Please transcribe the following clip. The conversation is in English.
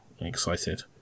excited